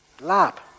lab